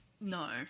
No